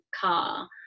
car